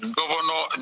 governor